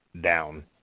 down